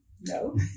No